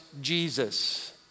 Jesus